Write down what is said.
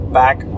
back